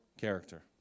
character